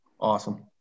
Awesome